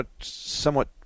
somewhat